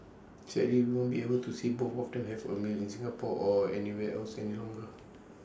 sadly we won't be able to see both of them have A meal in Singapore or anywhere else any longer